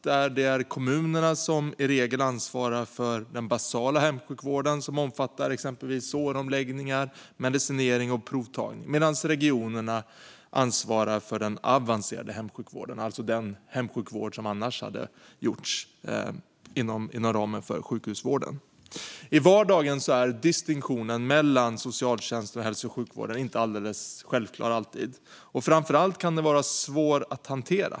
Där är det i regel kommunerna som ansvarar för den basala hemsjukvården, som omfattar exempelvis såromläggningar, medicinering och provtagning, medan regionerna ansvarar för den avancerade hemsjukvården, alltså den hemsjukvård som annars hade gjorts inom ramen för sjukhusvård. I vardagen är distinktionen mellan socialtjänsten och hälso och sjukvården inte alltid alldeles självklar, och framför allt kan den vara svår att hantera.